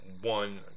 one